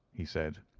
he said,